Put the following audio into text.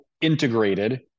integrated